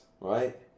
right